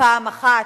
פעם אחת,